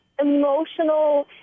emotional